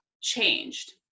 changed